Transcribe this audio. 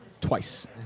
twice